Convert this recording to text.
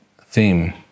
theme